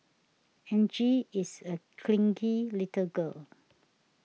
Angie is a clingy little girl